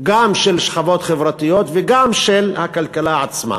גם של שכבות חברתיות וגם של הכלכלה עצמה.